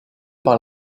par